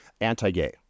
anti-gay